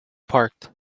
parked